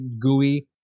gooey